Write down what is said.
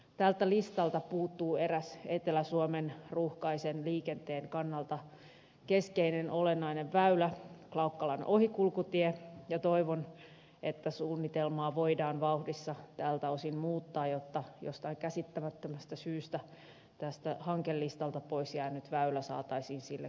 tältä listalta puuttuu eräs etelä suomen ruuhkaisen liikenteen kannalta keskeinen olennainen väylä klaukkalan ohikulkutie ja toivon että suunnitelmaa voidaan vauhdissa tältä osin muuttaa jotta jostain käsittämättömästä syystä tästä hankelistalta pois jäänyt väylä saataisiin sille kuuluvalle paikalle